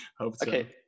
Okay